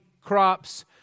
crops